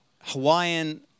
Hawaiian